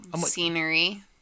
scenery